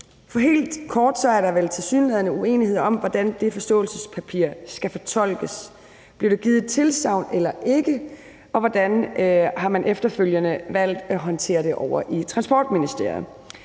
Helt kort er der vel tilsyneladende uenighed om, hvordan det forståelsespapir skal fortolkes. Blev der givet et tilsagn eller ikke? Og hvordan har man efterfølgende valgt at håndtere det ovre i Transportministeriet?